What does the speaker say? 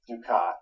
Ducat